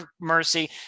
mercy